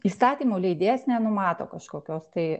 įstatymų leidėjas nenumato kažkokios tai